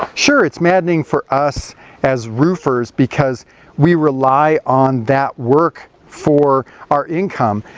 sure it's maddening for us as roofers, because we rely on that work for our income,